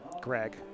Greg